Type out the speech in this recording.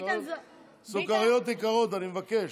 סוכריות יקרות, אני מבקש.